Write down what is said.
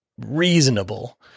reasonable